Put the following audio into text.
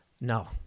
No